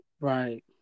Right